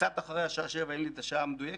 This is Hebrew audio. קצת אחרי השעה 07:00 אין לי את השעה המדויקת